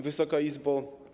Wysoka Izbo!